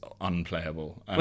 unplayable